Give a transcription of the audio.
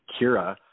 Kira